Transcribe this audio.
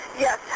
Yes